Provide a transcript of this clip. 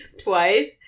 Twice